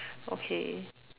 okay